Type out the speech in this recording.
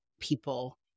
people